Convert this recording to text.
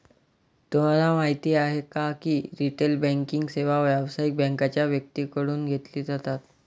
तुम्हाला माहिती आहे का की रिटेल बँकिंग सेवा व्यावसायिक बँकांच्या व्यक्तींकडून घेतली जातात